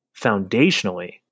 foundationally